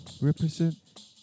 Represent